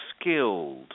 skilled